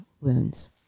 wounds